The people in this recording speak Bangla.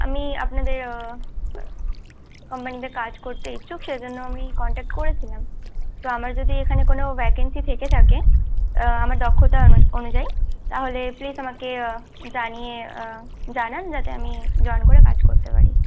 আমি আপনাদের কোম্পানিতে কাজ করতে ইচ্ছুক সেজন্য আমি কন্টাক্ট করেছিলাম তো আমার যদি এখানে কোনো ভ্যাকেন্সি থেকে থাকে আমার দক্ষতা অনুযায়ী তাহলে প্লিজ আমাকে জানিয়ে জানান যাতে আমি জয়েন করে কাজ করতে পারি